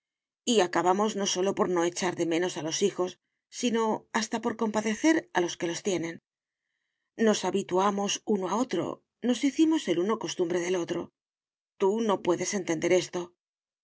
y acabamos no sólo por no echar de menos a los hijos sino hasta por compadecer a los que los tienen nos habituamos uno a otro nos hicimos el uno costumbre del otro tú no puedes entender esto